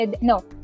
no